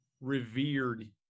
revered